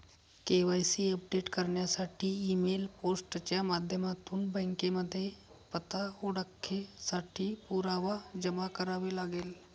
KYC update करण्यासाठी email, post च्या माध्यमातून बँकेमध्ये पत्ता, ओळखेसाठी पुरावा जमा करावे लागेल